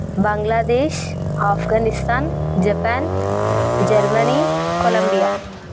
Bangladesh Afghanistan Japan Germany Columbia